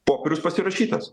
popierius pasirašytas